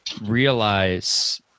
realize